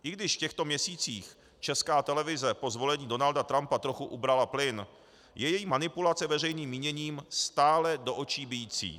I když v těchto měsících Česká televize po zvolení Donalda Trumpa trochu ubrala plyn, je její manipulace veřejným míněním stále do očí bijící.